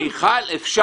מיכל.